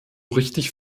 richtig